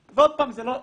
ועוד פעם זה לא יקרה.